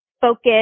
focus